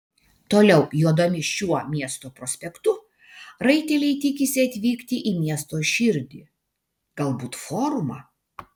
toliau jodami šiuo miesto prospektu raiteliai tikisi atvykti į miesto širdį galbūt forumą